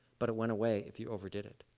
but it went away if you over did it.